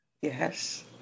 Yes